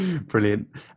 Brilliant